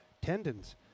tendons